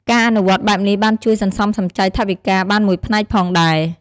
ការអនុវត្តន៍បែបនេះបានជួយសន្សំសំចៃថវិកាបានមួយផ្នែកផងដែរ។